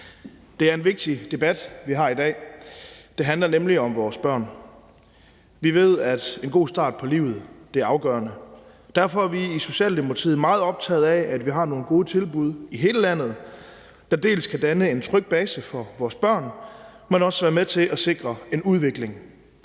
Det er en vigtig debat, vi har i dag. Det handler nemlig om vores børn. Vi ved, at en god start på livet er afgørende. Derfor er vi i Socialdemokratiet meget optaget af, at vi har nogle gode tilbud i hele landet, der skal danne en tryg base for vores børn, men også være med til at sikre en udvikling.